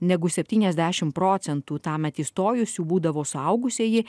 negu septyniasdešim procentų tąmet įstojusių būdavo suaugusieji